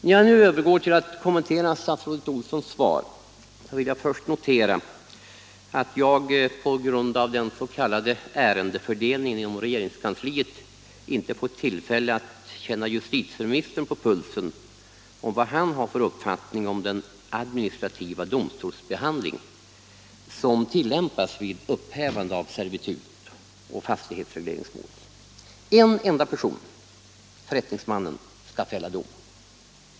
När jag nu övergår till att kommentera statsrådet Olssons svar, vill jag först notera att jag på grund av den s.k. ärendefördelningen inom regeringskansliet inte får tillfälle att känna justitieministern på pulsen när det gäller hans uppfattning om den administrativa domstolsbehandling som tillämpas vid upphävande av servitut och fastighetsregleringsmål. En enda person, förrättningsmannen, skall fälla dom.